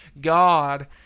God